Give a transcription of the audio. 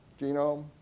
genome